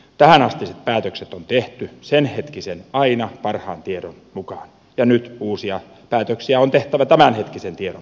tähänastiset päätökset on tehty senhetkisen aina parhaan tiedon mukaan ja nyt uusia päätöksiä on tehtävä tämänhetkisen tiedon pohjalta